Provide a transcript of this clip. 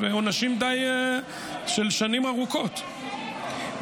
עונשים של שנים ארוכות,